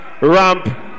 Ramp